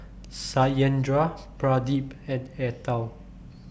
Satyendra Pradip and Atal